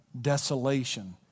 desolation